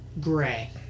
Gray